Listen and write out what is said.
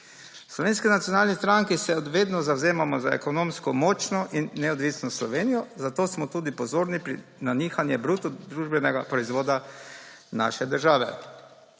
Slovenski nacionalni stranki se od vedno zavzemamo za ekonomsko močno in neodvisno Slovenijo, zato smo tudi pozorni na nihanje bruto družbenega proizvoda naše države.